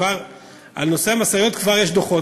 על נושא המשאיות כבר יש דוחות.